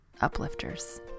Uplifters